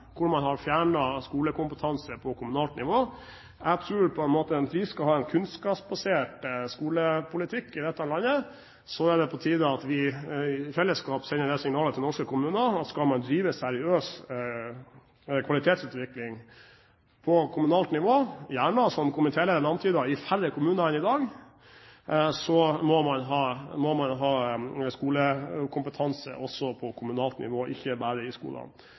hvor man har fjernet skolekompetanse på kommunalt nivå. Jeg tror på en måte at hvis vi skal ha en kunnskapsbasert skolepolitikk i dette landet, er det på tide at vi i fellesskap sender det signalet til norske kommuner at skal man drive seriøs kvalitetsutvikling på kommunalt nivå – gjerne, som komitélederen antydet, i færre kommuner enn i dag – må man ha skolekompetanse også på kommunalt nivå, ikke bare i skolene.